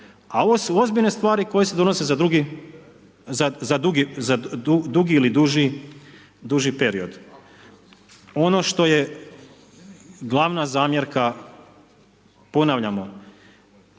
a ovo su ozbiljne stvari koje se donose za drugi, za dugi ili duži period. Ono što je glavna zamjerka, ponavljamo,